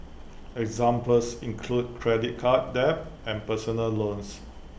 examples include credit card debt and personal loans